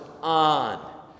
on